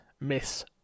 miss